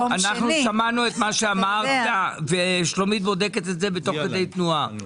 שמענו את מה שאמרת ושלומית בודקת את זה תוך כדי תנועה.